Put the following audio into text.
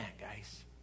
guys